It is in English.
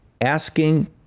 asking